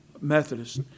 Methodist